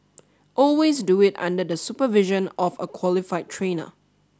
always do it under the supervision of a qualified trainer